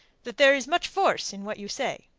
that there is much force in what you say.